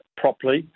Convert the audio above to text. properly